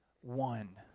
one